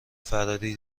فراری